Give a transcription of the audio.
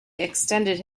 extended